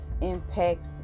impact